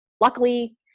luckily